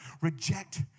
reject